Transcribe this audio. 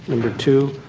number two,